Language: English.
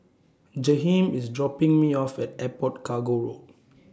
Jaheem IS dropping Me off At Airport Cargo Road